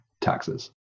taxes